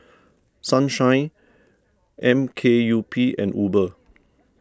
Sunshine M K U P and Uber